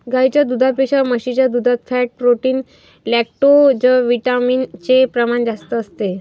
गाईच्या दुधापेक्षा म्हशीच्या दुधात फॅट, प्रोटीन, लैक्टोजविटामिन चे प्रमाण जास्त असते